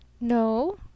No